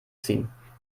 ziehen